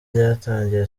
ryatangiye